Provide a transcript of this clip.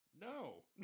No